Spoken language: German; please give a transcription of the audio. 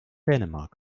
dänemark